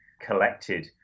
collected